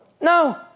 No